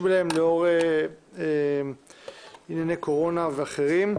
אליהם לאור ענייני קורונה ואחרים.